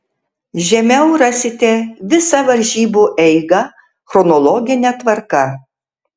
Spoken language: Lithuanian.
žemiau rasite visą varžybų eigą chronologine tvarka